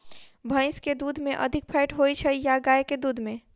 भैंस केँ दुध मे अधिक फैट होइ छैय या गाय केँ दुध में?